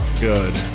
good